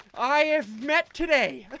i have met today